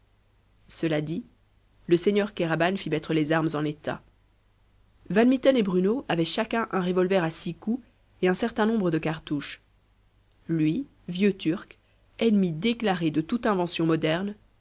cela dit le seigneur kéraban fit mettre les armes en état van mitten et bruno avaient chacun un revolver à six coups et un certain nombre de cartouches lui vieux turc ennemi déclaré de toute invention moderne